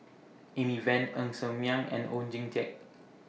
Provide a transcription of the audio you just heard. Amy Van Ng Ser Miang and Oon Jin Teik